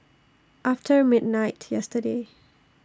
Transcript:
after midnight yesterday